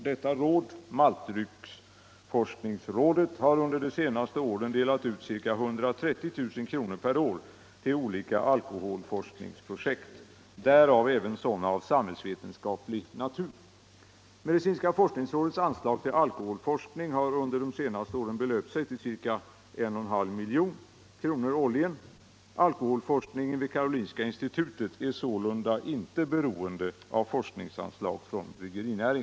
Detta råd — Maltdrycksforskningsrådet — har under de senaste åren delat ut ca 130 000 kr. per år till olika alkoholforskningsprojekt, därav även sådana av samhällsvetenskaplig natur. Medicinska forskningsrådets anslag till alkoholforskning har under de senaste åren belöpt sig till ca 1,5 milj.kr. årligen. Alkoholforskningen vid Karolinska institutet är sålunda inte beroende Nr 30